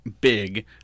big